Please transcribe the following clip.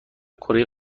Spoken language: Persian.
کره